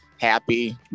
happy